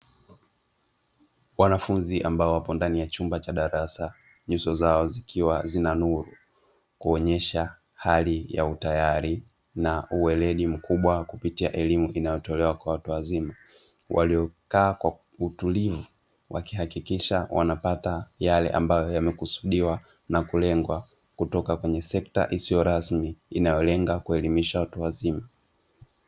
Wanafunzi ambao wapo ndani ya chumba cha darasa, nyuso zao zikiwa zina nuru, kuonesha hali ya utayari na uweledi mkubwa kupitia elimu inayotolewa kwa watu wazima; waliokaa kwa utulivu wakihakikisha wanapata yale ambayo yamekusudiwa na kulengwa kutoka kwenye sekta isiyo rasmi inayolenga kuelimisha watu wazima.